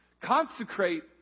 Consecrate